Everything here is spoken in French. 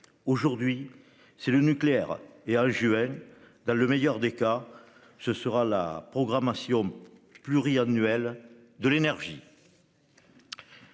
Aujourd'hui, c'est le nucléaire. Et en juin prochain, dans le meilleur des cas, nous examinerons la programmation pluriannuelle de l'énergie.